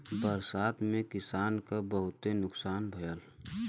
बरसात में किसान क बहुते नुकसान भयल